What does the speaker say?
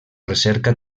recerca